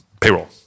payroll